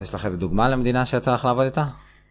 יש לך איזה דוגמא למדינה שיצא לך לעבוד איתה?